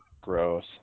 Gross